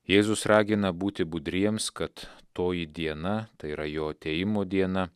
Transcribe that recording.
jėzus ragina būti budriems kad toji diena tai yra jo atėjimo diena